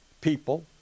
people